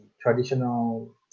traditional